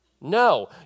No